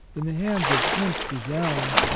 in the hands of prince de salm,